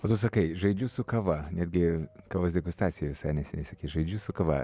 o tu sakai žaidžiu su kava netgi kavos degustacijose neseniai sakei žaidžiu su kava